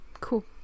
Cool